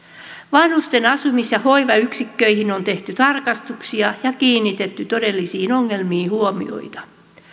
vanhusten asumis ja hoivayksiköihin on tehty tarkastuksia ja kiinnitetty todellisiin ongelmiin huomiota